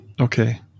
Okay